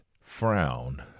frown